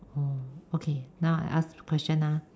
oh okay now I ask question lah